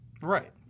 Right